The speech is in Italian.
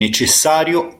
necessario